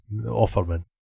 Offerman